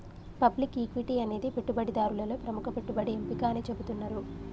public equity అనేది పెట్టుబడిదారులలో ప్రముఖ పెట్టుబడి ఎంపిక అని చెబుతున్నరు